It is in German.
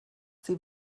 sie